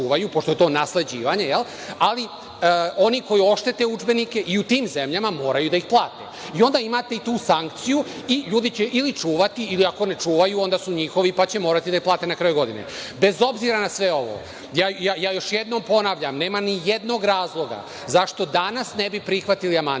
pošto je to nasleđivanje, ali oni koji oštete udžbenike i u tim zemljama moraju da ih plate. Onda imate i tu sankciju i ljudi će, ili čuvati ili ako ne čuvaju, onda su njihovi pa će morati da ih plate na kraju godine. Bez obzira na sve ovo, još jednom ponavljam, nema razloga zašto danas ne bi prihvatili amandman